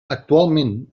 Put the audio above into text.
actualment